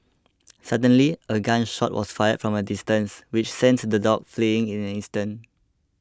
suddenly a gun shot was fired from a distance which sent the dog fleeing in an instant